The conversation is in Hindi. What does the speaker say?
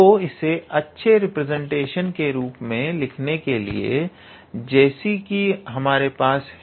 तो इसे अच्छे रिप्रेजेंटेशन के रूप में लिखने के लिए जैसा की यहां हमारे पास है